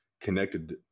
connected